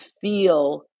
feel